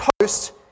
post